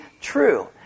true